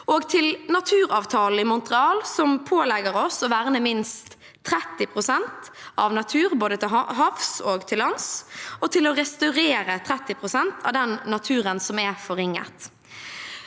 og til naturavtalen fra Montreal, som pålegger oss å verne minst 30 pst. av natur både til havs og til lands og til å restaurere 30 pst. av den naturen som er forringet.